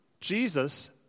Jesus